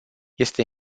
este